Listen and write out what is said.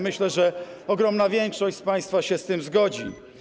Myślę, że ogromna większość z państwa się z tym zgodzi.